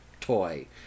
toy